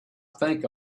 think